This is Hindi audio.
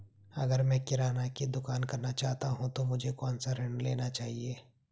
अगर मैं किराना की दुकान करना चाहता हूं तो मुझे कौनसा ऋण लेना चाहिए?